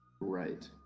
Right